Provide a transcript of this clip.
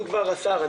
אם כבר, השר.